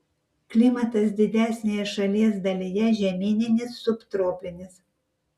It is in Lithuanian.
klimatas didesnėje šalies dalyje žemyninis subtropinis